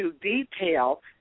detail